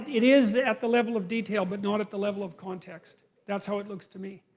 it is at the level of detail, but not at the level of context. that's how it looks to me.